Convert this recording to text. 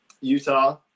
Utah